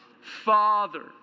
Father